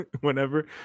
Whenever